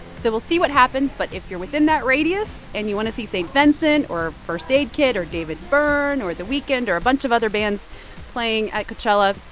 so we'll see what happens. but if you're within that radius, and you want to see st. vincent or first aid kit or david byrne or the weeknd or a bunch of other bands playing at coachella,